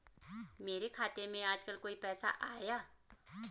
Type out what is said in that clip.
मेरे खाते में आजकल कोई पैसा आया?